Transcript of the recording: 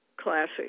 Classic